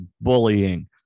bullying